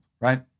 right